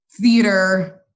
theater